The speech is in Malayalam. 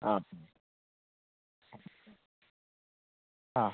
ആ ആ